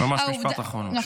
ממש משפט אחרון, בבקשה.